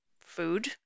food